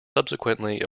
subsequently